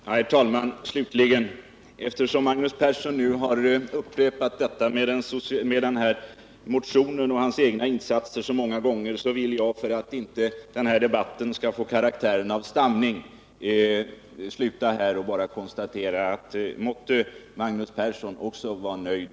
Herr talman! Jag vill, eftersom Magnus Persson gjort så många upprepningar av det han sagt om motionen och sina egna insatser och för att inte denna debatt skall få karaktär av stamning, bara sluta med den förhoppningen att också Magnus Persson nu är nöjd.